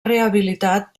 rehabilitat